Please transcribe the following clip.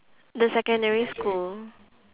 the secondary school